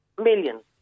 millions